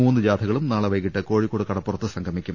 മൂന്ന് ജാഥകളും നാളെ വൈകീട്ട് കോഴിക്കോട് കടപ്പു റത്ത് സംഗമിക്കും